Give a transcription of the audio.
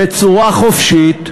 בצורה חופשית,